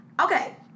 Okay